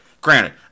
Granted